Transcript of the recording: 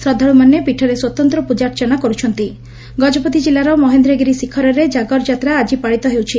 ଶ୍ରଦ୍ଧାଳୁମାନେ ପୀଠରେ ସ୍ୱତନ୍ତ ପୂଜାର୍ଚ୍ଚନା କର୍ସ ଗଜପତି କିଲ୍ଲାର ମହେନ୍ଦ୍ରଗିରି ଶିଖରରେ ଜାଗରଯାତ୍ରା ଆଜି ପାଳିତ ହେଉଛି